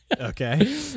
okay